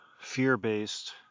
fear-based